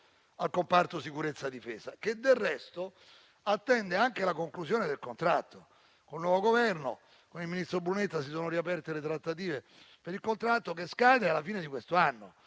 al comparto sicurezza e difesa, che del resto attende anche la conclusione del contratto. Con il nuovo Governo e con il ministro Brunetta si sono riaperte le trattative per il contratto, che scade alla fine di quest'anno.